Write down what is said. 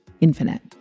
infinite